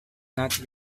not